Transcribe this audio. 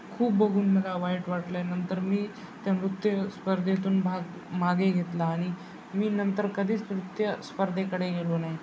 खूप बघून मला वाईट वाटलं आहे नंतर मी त्या नृत्य स्पर्धेतून भाग मागे घेतला आणि मी नंतर कधीच नृत्य स्पर्धेकडे गेलो नाही